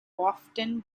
often